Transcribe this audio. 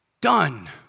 done